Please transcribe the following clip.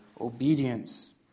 obedience